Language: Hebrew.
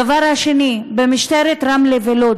הדבר השני: במשטרת רמלה ולוד,